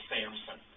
Samson